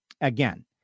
Again